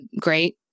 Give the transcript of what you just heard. great